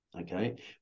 okay